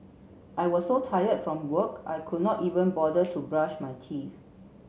I was so tired from work I could not even bother to brush my teeth